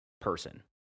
person